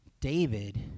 David